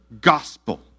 gospel